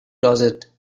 closet